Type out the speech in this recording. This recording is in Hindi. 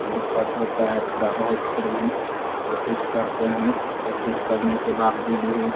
दिक़्क़त होती है थोड़ी बहुत फिर भी कोशिश करते हैं कोशिश करने के बावजूद भी